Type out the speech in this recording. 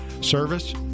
service